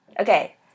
Okay